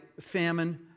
famine